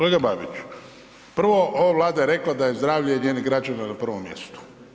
Kolega Babić, prvo ova Vlada je rekla da je zdravlje i njeni građani na prvom mjestu.